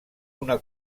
una